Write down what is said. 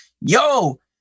yo